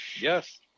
yes